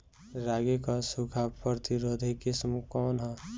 रागी क सूखा प्रतिरोधी किस्म कौन ह?